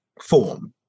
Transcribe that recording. form